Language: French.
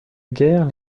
guerre